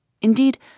Indeed